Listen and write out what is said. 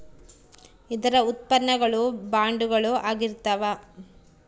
ಇದರ ಉತ್ಪನ್ನ ಗಳು ಬಾಂಡುಗಳು ಆಗಿರ್ತಾವ